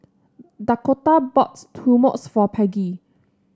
Dakotah bought for Peggy